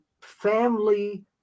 family